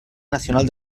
nacional